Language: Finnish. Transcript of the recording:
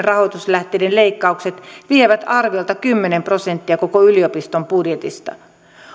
rahoituslähteiden leikkaukset vievät arviolta kymmenen prosenttia koko yliopiston budjetista